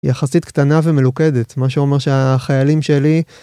יחסית קטנה ומלוכדת מה שאומר שהחיילים שלי.